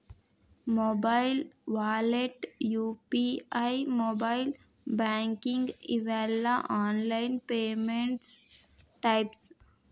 mobile wallet UPI mobile banking ಇವೆಲ್ಲ online payment types